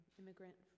immigrant